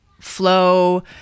flow